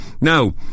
Now